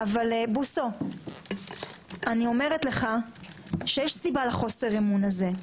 אבל בוסו, אני אומרת לך שיש סיבה לחוסר אמון הזה.